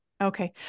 Okay